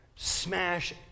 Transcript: Smash